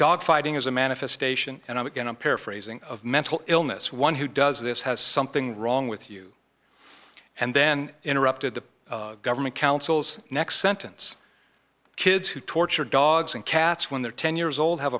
dogfighting is a manifestation and i'm again i'm paraphrasing of mental illness one who does this has something wrong with you and then interrupted the government counsel's next sentence kids who torture dogs and cats when they're ten years old have